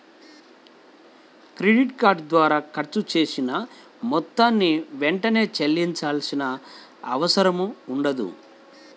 credit card ద్వారా ఖర్చు చేసిన మొత్తాన్ని వెంటనే చెల్లించాల్సిన అవసరం ఉండదు